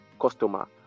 customer